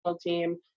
team